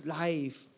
life